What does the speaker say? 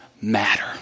matter